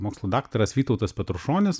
mokslų daktaras vytautas petrušonis